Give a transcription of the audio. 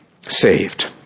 saved